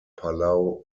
palau